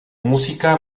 música